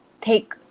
take